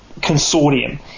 consortium